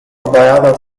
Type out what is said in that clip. other